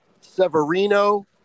Severino